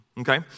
Okay